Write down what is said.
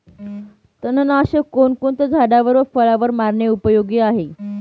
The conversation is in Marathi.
तणनाशक कोणकोणत्या झाडावर व फळावर मारणे उपयोगी आहे?